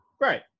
right